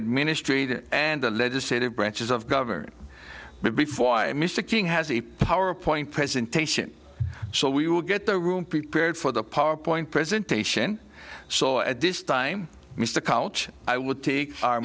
administrator and the legislative branches of government before mr king has the power point presentation so we will get the room prepared for the powerpoint presentation so at this time mr couch i would take our